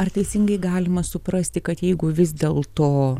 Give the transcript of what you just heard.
ar teisingai galima suprasti kad jeigu vis dėl to